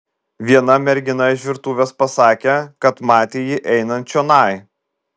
viena mergina iš virtuvės pasakė kad matė jį einant čionai